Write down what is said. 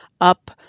up